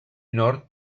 nord